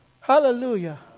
Hallelujah